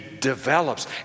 develops